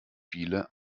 viele